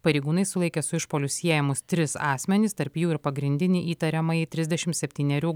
pareigūnai sulaikė su išpuoliu siejamus tris asmenis tarp jų ir pagrindinį įtariamąjį trisdešim septynerių